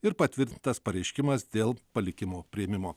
ir patvirtintas pareiškimas dėl palikimo priėmimo